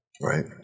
Right